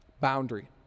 Boundary